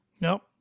Nope